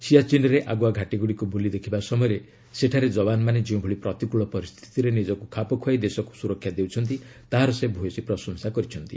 ସିଆଚୀନ୍ରେ ଆଗୁଆଘାଟିଗୁଡ଼ିକୁ ବୁଲିଦେଖିବା ସମୟରେ ସେଠାରେ ଯବାନମାନେ ଯେଉଁଭଳି ପ୍ରତିକୃଳ ପରିସ୍ଥିତିରେ ନିଜକୁ ଖାପଖୁଆଇ ଦେଶକୁ ସୁରକ୍ଷା ଦେଉଛନ୍ତି ତାହାର ସେ ଭୟସୀ ପ୍ରଶଂସା କରିଛନ୍ତି